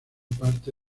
parte